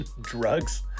drugs